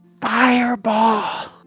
Fireball